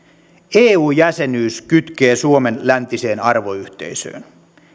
eu jäsenyys kytkee suomen läntiseen arvoyhteisöön